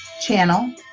channel